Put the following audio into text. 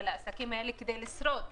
ולעסקים האלה כדי לשרוד.